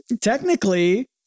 technically